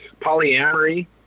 polyamory